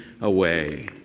away